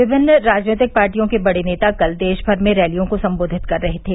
विभिन्न राजनीतिक पार्टियों के बड़े नेता कल देशभर में रैलियों को सम्बोधित कर रहे थे